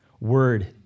word